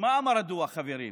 מה אמר הדוח, חברים?